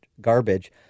garbage